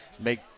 make